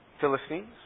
Philistines